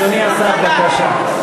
אדוני השר, בבקשה.